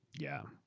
yeah,